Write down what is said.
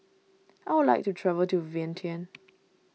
I would like to travel to Vientiane